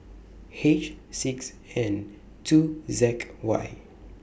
H six N two Z Y